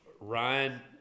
Ryan